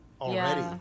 already